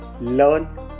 learn